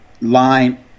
line